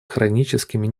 хроническими